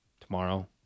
tomorrow